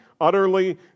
utterly